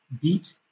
beat